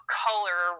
color